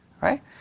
Right